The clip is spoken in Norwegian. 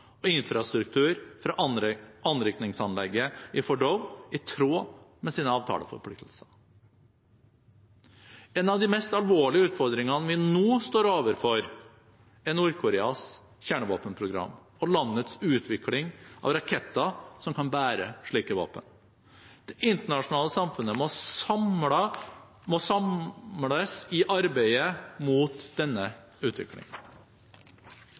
og infrastruktur fra anrikningsanlegget i Fordow, i tråd med sine avtaleforpliktelser. En av de mest alvorlige utfordringene vi nå står overfor, er Nord-Koreas kjernevåpenprogram og landets utvikling av raketter som kan bære slike våpen. Det internasjonale samfunnet må samles i arbeidet mot denne utviklingen.